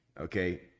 Okay